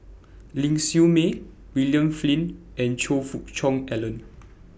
Ling Siew May William Flint and Choe Fook Cheong Alan